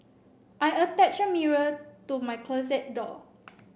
I attached a mirror to my closet door